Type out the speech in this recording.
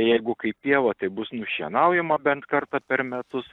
jeigu kaip pieva tai bus nušienaujama bent kartą per metus